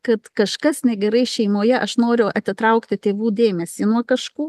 kad kažkas negerai šeimoje aš noriu atitraukti tėvų dėmesį nuo kažkų